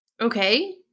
Okay